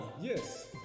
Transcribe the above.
Yes